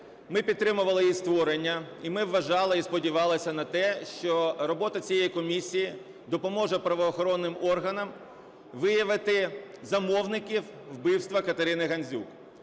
Ми підтримували її створення і ми вважали, і сподівались на те, що робота цієї комісії допоможе правоохоронним органам виявити замовників вбивства Катерина Гандзюк.